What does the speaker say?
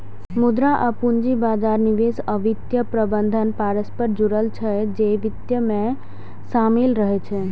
मुद्रा आ पूंजी बाजार, निवेश आ वित्तीय प्रबंधन परस्पर जुड़ल छै, जे वित्त मे शामिल रहै छै